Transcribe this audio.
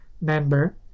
member